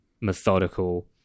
methodical